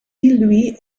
lui